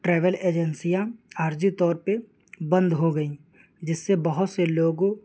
travel ایجنسیاں عارضی طور پہ بند ہو گئیں جس سے بہت سے لوگوں